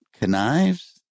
Knives